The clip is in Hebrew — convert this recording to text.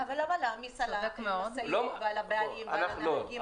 אבל למה להעמיס על המשאיות ועל הנהגים משהו חדש?